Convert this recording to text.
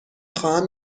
خواهم